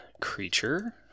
creature